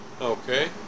Okay